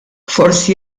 forsi